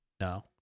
No